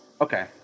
Okay